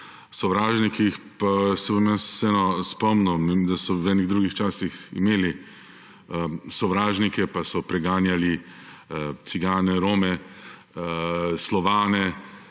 spomnil, da so v nekih drugih časih imeli sovražnike, pa so preganjali cigane, Rome, Slovane,